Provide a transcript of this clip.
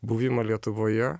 buvimo lietuvoje